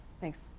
Thanks